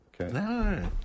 Okay